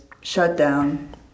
shutdown